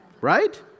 right